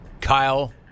Kyle